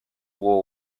war